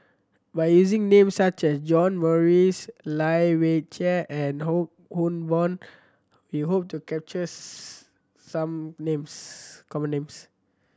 by using names such as John Morrice Lai Weijie and Wong Hock Boon we hope to capture some names common names